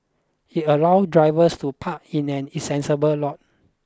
it allow drivers to park in an insensible lot